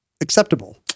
acceptable